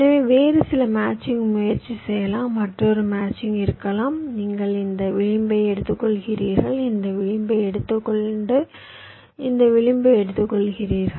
எனவே வேறு சில மேட்சிங் முயற்சி செய்யலாம் மற்றொரு மேட்சிங் இருக்கலாம் நீங்கள் இந்த விளிம்பை எடுத்துக்கொள்கிறீர்கள் இந்த விளிம்பை எடுத்துக்கொள்கிறீர்கள் இந்த விளிம்பை எடுத்துக்கொள்கிறீர்கள்